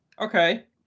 okay